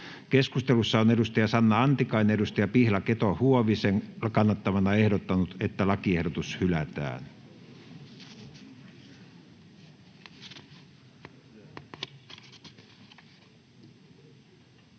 Keskustelussa on Sanna Antikainen Pihla Keto-Huovisen kannattamana ehdottanut, että lakiehdotus hylätään.